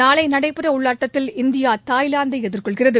நாளை நடைபெறவுள்ள ஆட்டத்தில் இந்தியா தாய்லாந்தை எதிர்கொள்கிறது